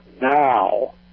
now